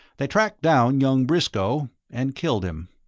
they tracked down young briscoe and killed him.